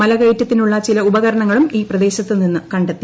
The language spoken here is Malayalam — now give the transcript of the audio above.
മലകയറ്റത്തിനുള്ള ചില ഉപകരണങ്ങളും ഈ പ്രദേശത്ത് നിന്ന് കണ്ടെത്തി